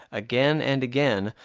again and again,